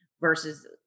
versus